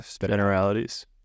generalities